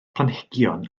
planhigion